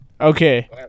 Okay